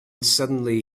suddenly